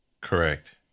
Correct